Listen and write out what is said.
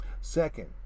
second